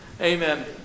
Amen